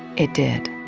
it did.